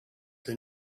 they